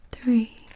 Three